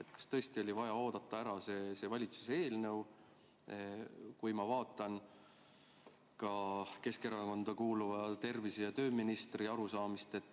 Kas tõesti oli vaja oodata ära valitsuse eelnõu? Kui ma vaatan Keskerakonda kuuluva tervise- ja tööministri arusaamist, et